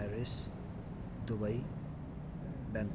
Paris Dubai Bangkok